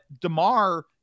DeMar